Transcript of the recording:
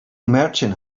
merchant